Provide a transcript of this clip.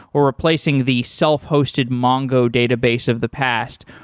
or replacing the self-hosted mongo database of the past.